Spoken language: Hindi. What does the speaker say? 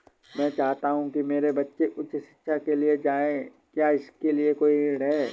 मैं चाहता हूँ कि मेरे बच्चे उच्च शिक्षा के लिए जाएं क्या इसके लिए कोई ऋण है?